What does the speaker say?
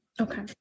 Okay